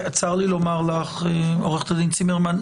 צר לי לומר לך עו"ד צימרמן,